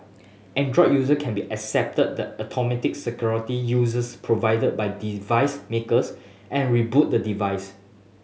Android user can be accepted the automatic security users provided by device makers and reboot the device